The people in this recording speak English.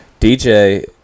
DJ